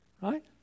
Right